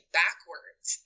backwards